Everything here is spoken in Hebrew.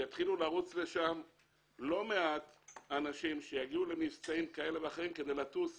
יתחילו לרוץ לשם לא מעט אנשים שיגיעו למבצעים כאלה ואחרים כדי לטוס